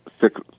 six